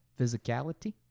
Physicality